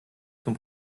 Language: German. zum